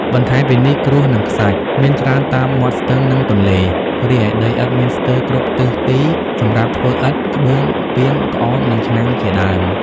បន្ថែមពីនេះ ក្រួស និង ខ្សាច់ មានច្រើនតាមមាត់ស្ទឹង និងទន្លេ រីឯ ដីឥដ្ឋ មានស្ទើរគ្រប់ទិសទីសម្រាប់ធ្វើឥដ្ឋ ក្បឿង ពាង ក្អម និងឆ្នាំងជាដើម។